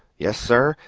yes, sir,